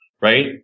right